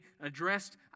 addressed